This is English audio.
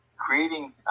creating